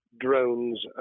drones